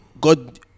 God